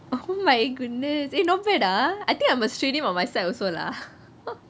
oh my goodness eh not bad ah I think I must train him on my side also lah